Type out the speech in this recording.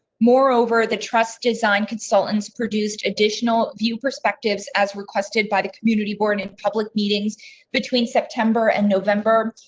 moreover, the trust design consultants, produced additional view perspectives as requested by the community born and public meetings between september and november.